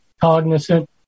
cognizant